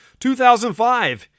2005